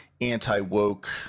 anti-woke